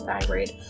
thyroid